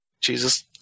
Jesus